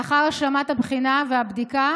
לאחר השלמת הבחינה והבדיקה